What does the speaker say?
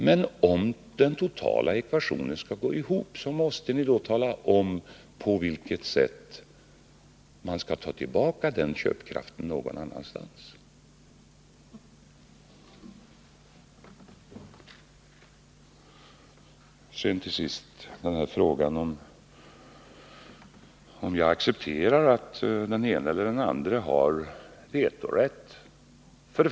Nej, det som förvillar är att ni inte redovisar hur den totala ekvationen skall gå ihop. Till sist till frågan, om jag accepterar att den ene eller den andre har vetorätt.